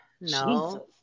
No